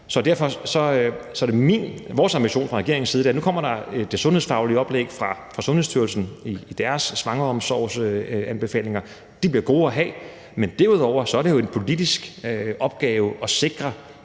Derfor er det vores ambition fra regeringens side, at nu kommer det sundhedsfaglige oplæg fra Sundhedsstyrelsen i deres svangreomsorgsanbefalinger – og de bliver gode at have – men derudover er det jo en politisk opgave at sikre,